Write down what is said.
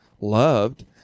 loved